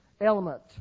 element